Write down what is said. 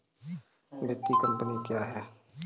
वित्तीय कम्पनी क्या है?